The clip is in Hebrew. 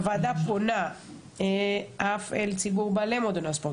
הוועדה פונה אף אל ציבור בעלי מועדוני הספורט,